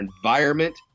environment